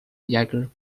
jagger